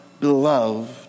beloved